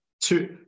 two